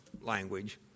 language